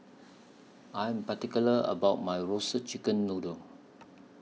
I Am particular about My Roasted Chicken Noodle